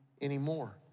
anymore